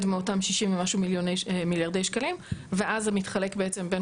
מאותם 60 ומשהו מיליארדי שקלים ואז זה מתחלק בעצם בין